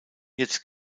jetzt